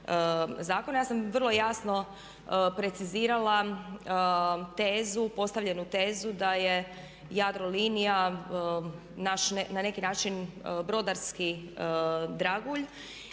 Ja sam vrlo jasno precizirala tezu, postavljenu tezu da je Jadrolinija naš, na neki način brodarski dragulj